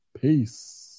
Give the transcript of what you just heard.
Peace